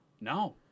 No